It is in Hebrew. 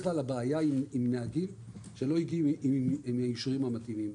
כלל הבעיה עם נהגים היא שהם לא מגיעים עם האישורים המתאימים.